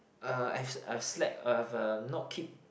uh I've I've slack I've uh not keep